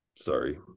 Sorry